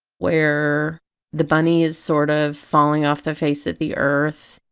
where the bunny is sort of falling off the face of the earth,